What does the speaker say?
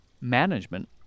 Management